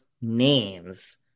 names